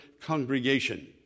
congregation